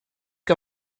que